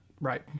right